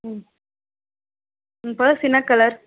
ம் உன் பர்ஸ் என்ன கலர்